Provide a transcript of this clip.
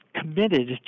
committed